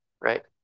right